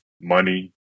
money